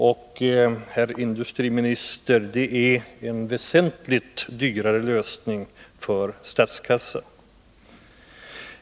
Och, herr industriminister, det är en väsentligt dyrare lösning för statskassan.